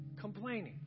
complaining